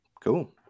Cool